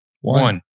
One